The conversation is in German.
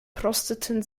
prosteten